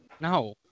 No